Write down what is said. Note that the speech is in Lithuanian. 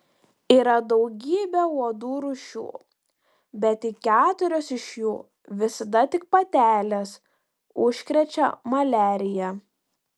yra daugybė uodų rūšių bet tik keturios iš jų visada tik patelės užkrečia maliarija